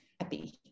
happy